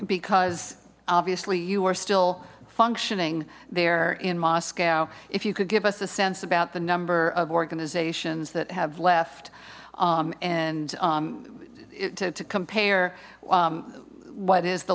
because obviously you are still functioning there in moscow if you could give us a sense about the number of organizations that have left and to compare what is the